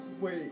Wait